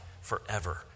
forever